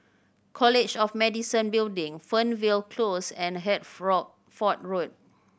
College of Medicine Building Fernvale Close and Road